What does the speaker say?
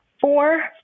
Four